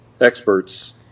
experts